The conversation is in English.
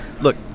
Look